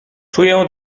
czuję